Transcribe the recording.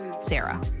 Sarah